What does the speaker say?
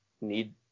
need